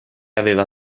aveva